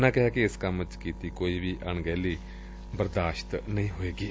ਉਨ੍ਹਾਂ ਕਿਹਾ ਕਿ ਇਸ ਕੰਮ ਚ ਕੀਤੀ ਗਈ ਕੋਈ ਵੀ ਅਣਗਹਿਲੀ ਬਰਦਾਸ਼ਤ ਨਹੀ ਹੋਵੇਗੀ